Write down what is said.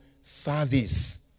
service